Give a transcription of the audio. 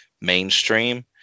mainstream